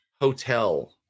Hotel